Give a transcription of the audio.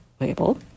label